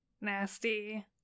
Nasty